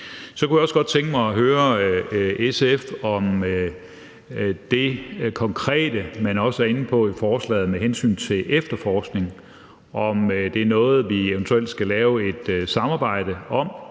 jeg kunne også godt tænke mig at høre SF, om det konkrete, som man også er inde på i forslaget med hensyn til efterforskning, er noget, som vi eventuelt skal lave et samarbejde om.